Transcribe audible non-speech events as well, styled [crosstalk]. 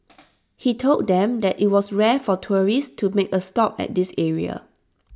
[noise] he told them that IT was rare for tourists to make A stop at this area